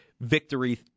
victory